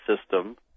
system